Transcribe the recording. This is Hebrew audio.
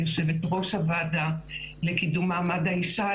ליושבת ראש הוועדה לקידום מעמד האישה,